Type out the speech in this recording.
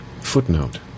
footnote